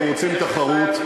אנחנו רוצים תחרות,